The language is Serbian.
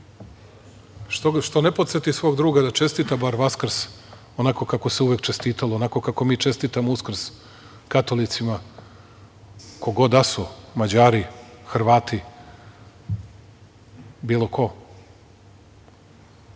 Što ne podseti svog druga bar da čestita Vaskrs onako kako se uvek čestitalo, onako kako mi čestitamo Uskrs katolicima, ko god da su, Mađari, Hrvati, bilo ko?